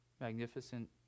magnificent